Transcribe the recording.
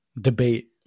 debate